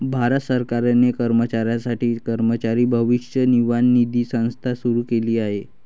भारत सरकारने कर्मचाऱ्यांसाठी कर्मचारी भविष्य निर्वाह निधी संस्था सुरू केली आहे